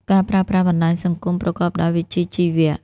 ការប្រើប្រាស់បណ្តាញសង្គមប្រកបដោយវិជ្ជាជីវៈ។